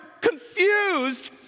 confused